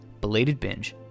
belatedbinge